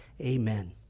Amen